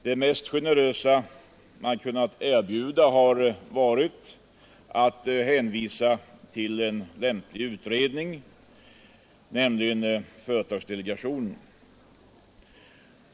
Det mest generösa man kunnat erbjuda har varit att hänvisa till en lämplig utredning, nämligen företagsdelegationen.